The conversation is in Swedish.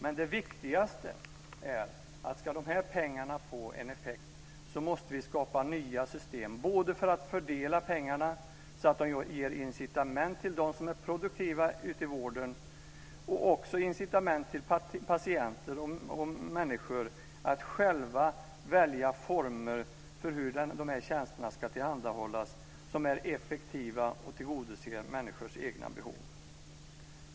Men det viktigaste är, för att de här pengarna ska få en effekt, att vi måste skapa nya system för att fördela pengarna så att de ger incitament till dem som är produktiva ute i vården och incitament till människor att själva välja formen för hur de här tjänsterna ska tillhandahållas så att de är effektiva och tillgodoser människors egna behov.